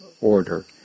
order